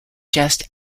just